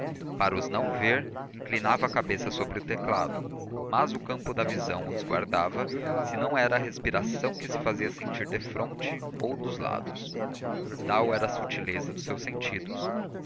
para os não ver inclinava a cabeça sobre o teclado mas o campo da visão os guardava se não era a respiração que se fazia sentir defronte ou dos lados tal era a subtileza dos seus sentidos